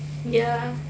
ya